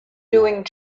doing